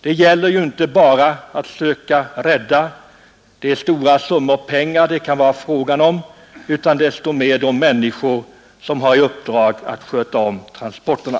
Det gäller ju inte bara att söka rädda de stora summor pengar det kan vara fråga om utan också — och det är desto mer angeläget — att skydda de människor som har i uppdrag att sköta om transporterna.